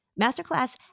Masterclass